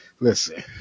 listen